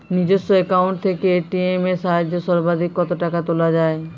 নিজস্ব অ্যাকাউন্ট থেকে এ.টি.এম এর সাহায্যে সর্বাধিক কতো টাকা তোলা যায়?